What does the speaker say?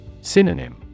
Synonym